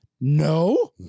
No